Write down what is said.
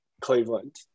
Cleveland